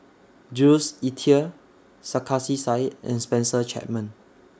Jules Itier Sarkasi Said and Spencer Chapman